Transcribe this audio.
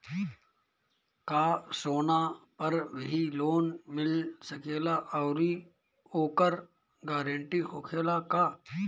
का सोना पर भी लोन मिल सकेला आउरी ओकर गारेंटी होखेला का?